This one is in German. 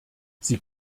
sie